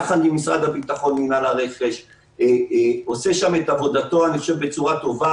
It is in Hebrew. ביחד עם מינהל הרכש במשרד הביטחון עושה שם את עבודתו בצורה טובה